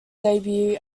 debut